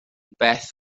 beth